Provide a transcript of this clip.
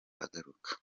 agaruka